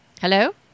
Hello